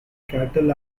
cattle